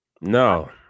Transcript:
no